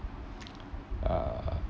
uh